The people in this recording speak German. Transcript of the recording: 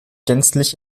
gänzlich